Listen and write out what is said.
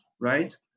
right